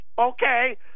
Okay